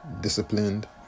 disciplined